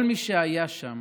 כל מי שהיה שם